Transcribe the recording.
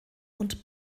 und